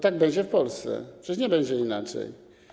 Tak będzie w Polsce, przecież nie będzie inaczej.